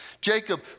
Jacob